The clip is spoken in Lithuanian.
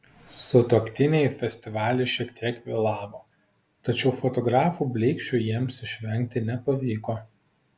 sutuoktiniai į festivalį šiek tiek vėlavo tačiau fotografų blyksčių jiems išvengti nepavyko